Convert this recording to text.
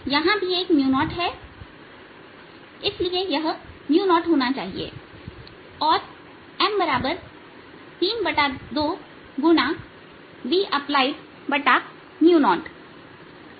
यहां भी एक 0 है इसलिए यह 0 होना चाहिए और M32Bapplied0यह M है